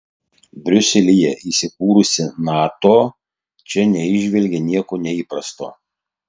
briuselyje įsikūrusi nato čia neįžvelgė nieko neįprasto